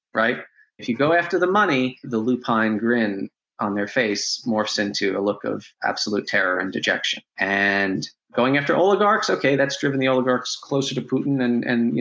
if you go after the money, the lupine grin on their face morphs into a look of absolute terror and dejection. and going after oligarchs? ok, that's driven the oligarchs closer to putin and, and, you